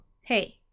hey